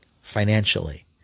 financially